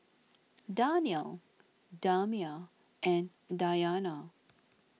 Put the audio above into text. Danial Damia and Dayana